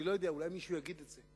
אני לא יודע, אולי מישהו יגיד את זה.